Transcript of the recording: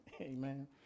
Amen